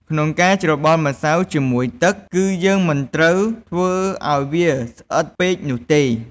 ក្នុងការច្របល់ម្សៅជាមួយទឹក គឺយើងមិនត្រូវធ្វើឱ្យវាស្អិតពេកនោះទេ។